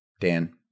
Dan